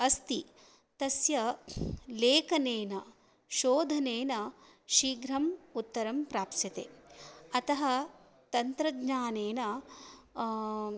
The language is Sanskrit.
अस्ति तस्य लेखनेन शोधनेन शीघ्रम् उत्तरं प्राप्स्यते अतः तन्त्रज्ञानेन